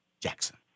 Jackson